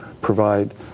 provide